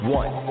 one